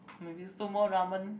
maybe sumo ramen